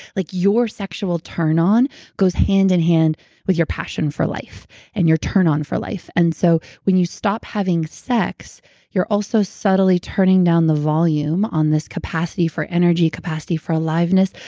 like your sexual turn on goes hand-in-hand with your passion for life and your turn on for life. and so, when you stop having sex you're also subtly turning down the volume on this capacity for energy, capacity for aliveness,